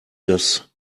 das